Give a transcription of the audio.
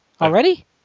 Already